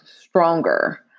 stronger